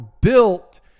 built